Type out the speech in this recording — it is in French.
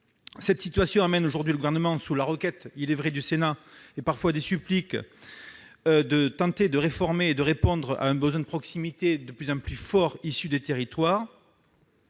Cette situation conduit aujourd'hui le Gouvernement- sur la requête, il est vrai, du Sénat -à tenter de réformer et de répondre à un besoin de proximité de plus en plus fort issu des territoires,